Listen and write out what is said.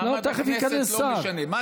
מעמד הכנסת לא משנה.